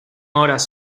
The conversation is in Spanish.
horas